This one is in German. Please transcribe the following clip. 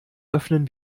öffnen